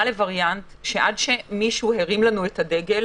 לווריאנט שעד שמישהו הרים לנו את הדגל,